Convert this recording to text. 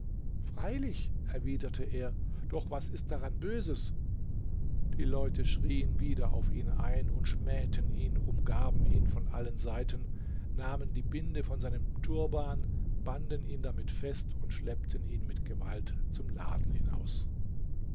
freilich erwiderte er doch was ist daran böses die leute schrieen wieder auf ihn ein und schmähten ihn umgaben ihn von allen seiten nahmen die binde von seinem turban banden ihn damit fest und schleppten ihn mit gewalt zum laden hinaus